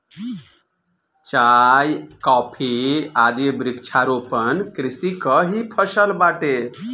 चाय, कॉफी आदि वृक्षारोपण कृषि कअ ही फसल बाटे